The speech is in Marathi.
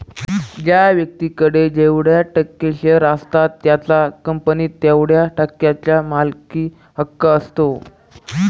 ज्या व्यक्तीकडे जेवढे टक्के शेअर असतात त्याचा कंपनीत तेवढया टक्क्यांचा मालकी हक्क असतो